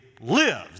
lives